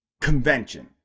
convention